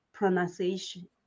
pronunciation